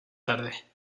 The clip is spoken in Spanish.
tarde